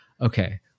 okay